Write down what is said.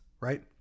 right